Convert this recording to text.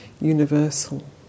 universal